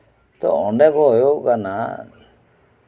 ᱛᱚ ᱚᱱᱰᱮᱜᱮ ᱦᱳᱭᱳᱜ ᱠᱟᱱᱟ